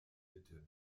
mitte